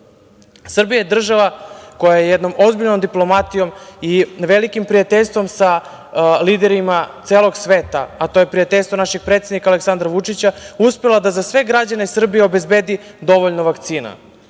je država koja je jednom ozbiljnom diplomatijom i velikim prijateljstvom sa liderima celog sveta, a to je prijateljstvo našeg predsednika Aleksandra Vučića, uspela da za sve građane Srbije obezbedi dovoljno vakcina.